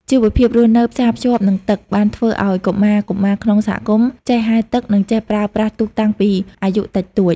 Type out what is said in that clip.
ជីវភាពរស់នៅផ្សារភ្ជាប់នឹងទឹក បានធ្វើឱ្យកុមារៗក្នុងសហគមន៍ចេះហែលទឹក និងចេះប្រើប្រាស់ទូកតាំងពីអាយុតិចតួច។